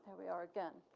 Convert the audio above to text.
we are again.